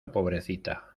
pobrecita